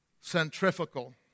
Centrifugal